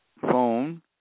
phone